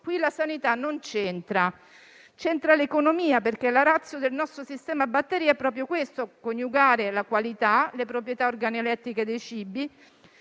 Qui la sanità non c'entra; c'entra l'economia, perché la *ratio* del nostro sistema a batteria è proprio questa: coniugare la qualità, le proprietà organolettiche dei cibi